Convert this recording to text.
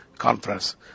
conference